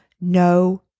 no